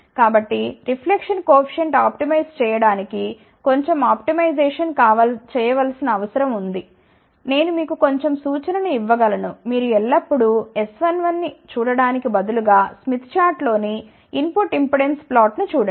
కాబట్టి reflection coefficient optimise చేయడానికి కొంచెం ఆప్టిమైజేషన్ చేయవలసిన అవసరం ఉంది నేను మీకు కొంచెం సూచన ను ఇవ్వగలను మీరు ఎల్లప్పుడూ S11ని చూడడానికి బదులుగా స్మిత్ చార్టులోని ఇన్ పుట్ ఇంపెడెన్స్ ప్లాట్ను చూడండి